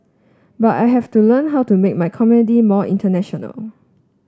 but I have to learn how to make my comedy more international